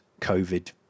covid